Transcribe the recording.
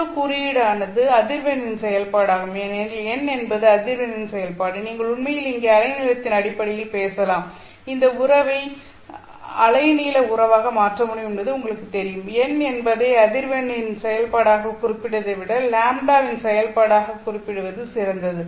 குழு குறியீடானது அதிர்வெண்ணின் செயல்பாடாகும் ஏனெனில் n என்பது அதிர்வெண்ணின் செயல்பாடு நீங்கள் உண்மையில் இங்கே அலைநீளத்தின் அடிப்படையில் பேசலாம் இந்த உறவை அலைநீள உறவாக மாற்ற முடியும் என்பது உங்களுக்குத் தெரியும் n என்பதை அதிர்வெண்ணின் செயல்பாடாகக் குறிப்பிடுவதை விட λ ன் செயல்பாடாகக் குறிப்பிடுவது சிறந்தது